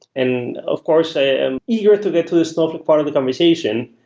and of course, i am eager to get to the snowflake part of the conversation,